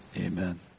amen